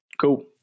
Cool